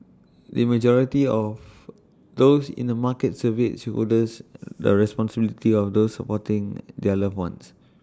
the majority of those in the markets surveyed shoulder the responsibility of the supporting their loved ones